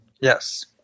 Yes